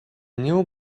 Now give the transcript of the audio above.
new